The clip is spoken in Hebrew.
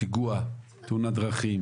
פגוע תאונת דרכים